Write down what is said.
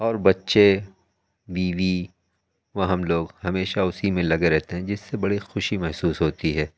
اور بچے بیوی و ہم لوگ ہمیشہ اُسی میں لگے رہتے ہیں جس سے بڑی خوشی محسوس ہوتی ہے